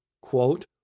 quote